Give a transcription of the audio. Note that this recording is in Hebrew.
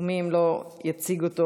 מס' 1833,